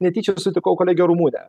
netyčia sutikau kolegę ramunę